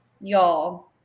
y'all